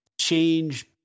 change